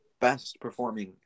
best-performing